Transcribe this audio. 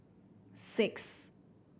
six